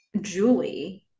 Julie